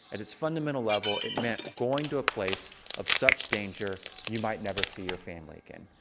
at its fundamental level it meant going to a place of such danger you might never see your family again.